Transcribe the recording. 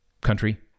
country